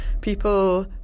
People